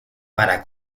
para